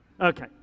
Okay